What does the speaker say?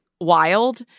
Wild